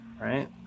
right